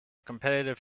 competitive